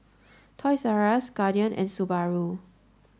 Toys R Us Guardian and Subaru